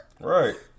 Right